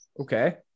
Okay